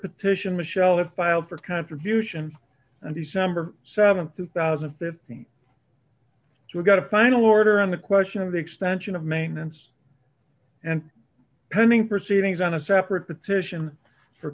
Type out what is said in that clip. petition michelle had filed for contribution and december th two thousand and fifteen so we got a final order on the question of the extension of maintenance and pending proceedings on a separate petition for